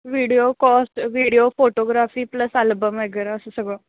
video cost video photography plus album वगैरे असं सगळं